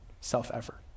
self-effort